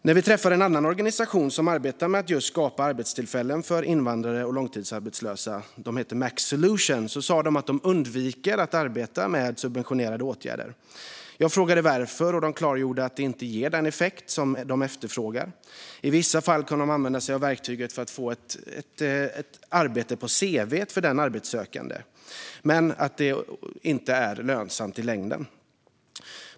När vi träffade en annan organisation - MAX Solutions - som arbetar med att just skapa arbetstillfällen för invandrare och långtidsarbetslösa sa de att de undviker att arbeta med subventionerade åtgärder. Jag frågade varför, och de klargjorde att det inte ger den effekt som de efterfrågar. I vissa fall kan de använda sig av verktyget för att den arbetssökande ska få ett arbete på sitt cv. Men de anser inte att det är lönsamt i längden.